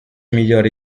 migliori